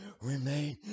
remain